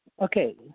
Okay